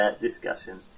discussion